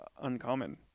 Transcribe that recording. uncommon